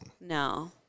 No